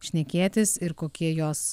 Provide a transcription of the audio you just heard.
šnekėtis ir kokie jos